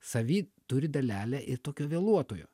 savy turi dalelę ir tokio vėluotojo